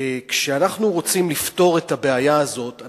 כשאנחנו רוצים לפתור את הבעיה הזאת,